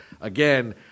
again